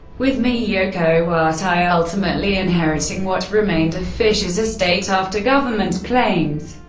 with miyoko watai ultimately inheriting what remained of fischer's estate after government claims.